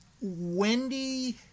Wendy